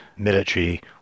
military